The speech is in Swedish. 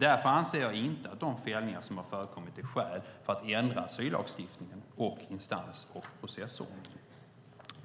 Därför anser jag inte att de fällningar som har förekommit är skäl för att ändra asyllagstiftningen och instans och processordningen.